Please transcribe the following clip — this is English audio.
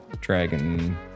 dragon